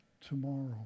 tomorrow